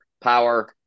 power